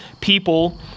people